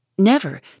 Never